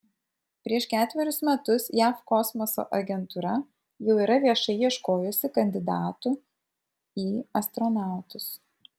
prieš ketverius metus jav kosmoso agentūra jau yra viešai ieškojusi kandidatų į astronautus